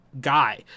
guy